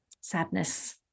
sadness